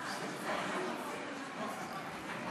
הכלכלה.